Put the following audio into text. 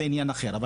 זה עניין אחר.